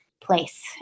place